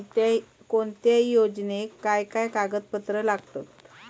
कोणत्याही योजनेक काय काय कागदपत्र लागतत?